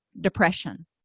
depression